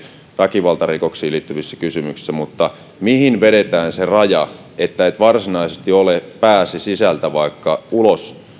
välivaltarikoksiin liittyvät kysymykset mutta mihin vedetään se raja että et varsinaisesti ole pääsi sisältä ulos